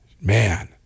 man